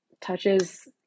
touches